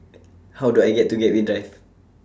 How Do I get to Gateway Drive